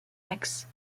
taxes